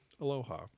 Aloha